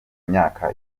myaka